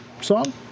song